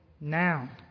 now